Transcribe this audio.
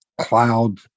cloud